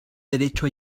derecho